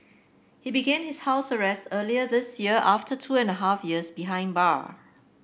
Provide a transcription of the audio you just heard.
he began his house arrest earlier this year after two and a half years behind bar